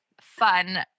fun